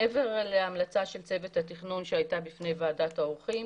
מעבר להמלצה של צוות התכנון שהייתה בפני ועדת העורכים,